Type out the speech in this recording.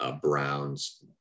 Browns